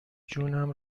جونم